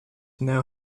know